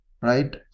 right